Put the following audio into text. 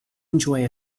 enjoy